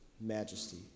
majesty